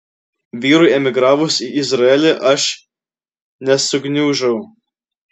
vyrui emigravus į izraelį aš nesugniužau